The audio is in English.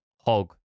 hog